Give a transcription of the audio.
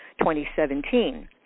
2017